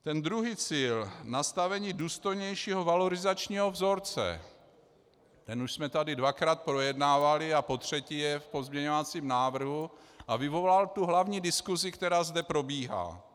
Ten druhý cíl, nastavení důstojnějšího valorizačního vzorce, ten už jsme tady dvakrát projednávali a potřetí je v pozměňovacím návrhu a vyvolal tu hlavní diskusi, která zde probíhá.